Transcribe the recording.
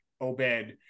Obed